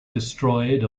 destroyed